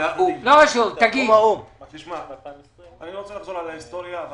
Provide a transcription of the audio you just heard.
לא רוצה לחזור על ההיסטוריה.